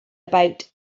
about